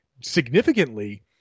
significantly